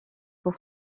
pour